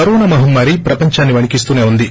corona మహమ్మారి ప్రపందాన్ని వణికిస్తూనే వుంది